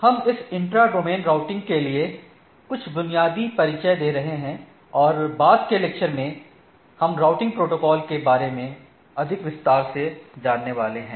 हम इस intra domain routing के लिए कुछ बुनियादी परिचय दे रहे हैं और बाद के लेक्चर में हम राउटिंग प्रोटोकॉल के बारे में अधिक विस्तार से जानने वाले हैं